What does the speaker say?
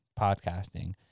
podcasting